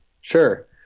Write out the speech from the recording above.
Sure